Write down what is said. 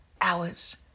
hours